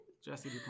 Jesse